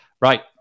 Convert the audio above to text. Right